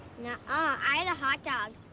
nuh-uh. i had a hot dog.